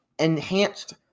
enhanced